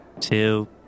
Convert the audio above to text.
Two